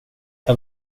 jag